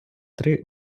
три